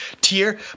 tier